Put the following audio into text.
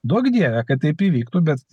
duok dieve kad taip įvyktų bet